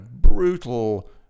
brutal